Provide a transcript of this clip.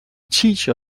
teacher